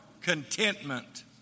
contentment